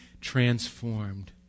transformed